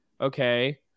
okay